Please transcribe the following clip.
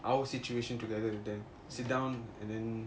our situation together with them sit down and then